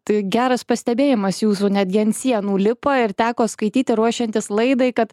tai geras pastebėjimas jūsų netgi ant sienų lipa ir teko skaityti ruošiantis laidai kad